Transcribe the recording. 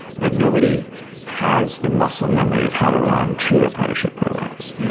but nobody has the muscle memory of how to run true apprenticeship programs.